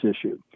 issue